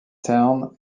town